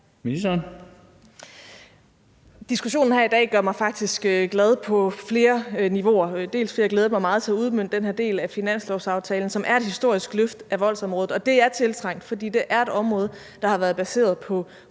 Krag): Diskussionen her i dag gør mig faktisk glad på flere niveauer, som det ene, fordi jeg har glædet mig meget til at udmønte den her del af finanslovsaftalen, som er et historisk løft på voldsområdet, og det er tiltrængt, for det er et område, der har været baseret på